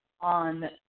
on